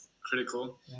critical